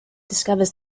discovers